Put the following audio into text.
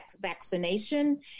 vaccination